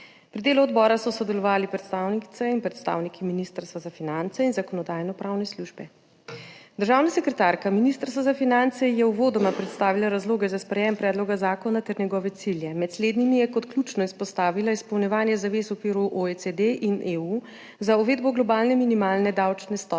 Pri delu odbora so sodelovali predstavnice in predstavniki Ministrstva za finance in Zakonodajno-pravne službe. Državna sekretarka Ministrstva za finance je uvodoma predstavila razloge za sprejetje predloga zakona ter njegove cilje. Med slednjimi je kot ključno izpostavila izpolnjevanje zavez v okviru OECD in EU za uvedbo globalne minimalne davčne stopnje